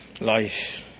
life